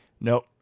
Nope